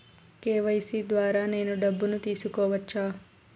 KYC ద్వారా నేను డబ్బును తీసుకోవచ్చా?